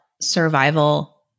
survival